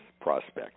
prospect